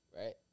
right